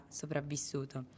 sopravvissuto